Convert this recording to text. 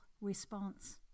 response